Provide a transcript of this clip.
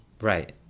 Right